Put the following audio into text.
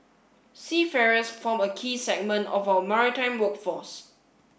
seafarers form a key segment of our maritime workforce